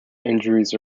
injuries